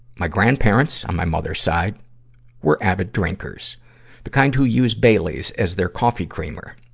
my grandparents on my mother side were avid drinkers the kind who use bailey's as their coffee creamer.